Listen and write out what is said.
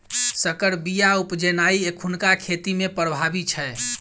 सँकर बीया उपजेनाइ एखुनका खेती मे प्रभावी छै